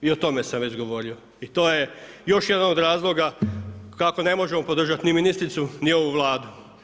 I o tome sam već govorio i to je još jedan od razloga kako ne možemo podržati ni ministricu ni ovu Vladu.